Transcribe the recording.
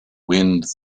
wind